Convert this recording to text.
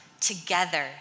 together